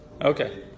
Okay